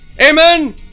Amen